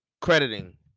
crediting